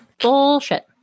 bullshit